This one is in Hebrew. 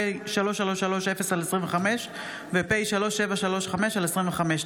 פ/3330/25 ו-פ/3735/25.